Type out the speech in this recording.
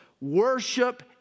Worship